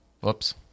Whoops